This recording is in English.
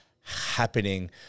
happening